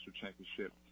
championship